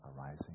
arising